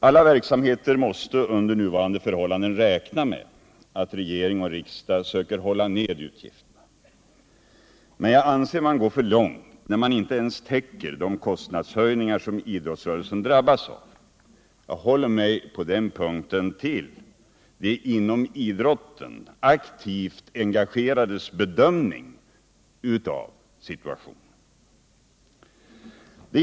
Alla verksamheter måste under nuvarande förhållanden räkna med att regering och riksdag försöker hålla utgifterna nere, men jag anser att man går för långt när man inte ens täcker de kostnadshöjningar som idrottsrörelsen har drabbats av. Jag håller mig då till de inom idrotten aktivt engagerade människornas bedömning av situationen.